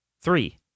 Three